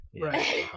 right